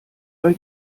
weil